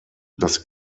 das